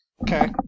Okay